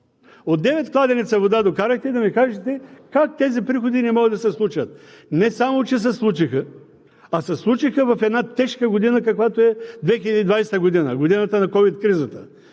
От девет кладенеца вода докарахте, за да ни кажете как тези приходи не могат да се случат. Не само че се случиха, а се случиха в една тежка година, каквато е 2020 г. – годината на ковид кризата.